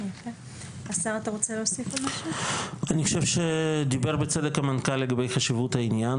אני חושב שדיבר בצדק המנכ"ל לגבי חשיבות העניין.